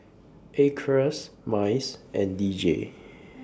Acres Mice and D J